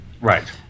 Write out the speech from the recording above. Right